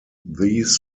these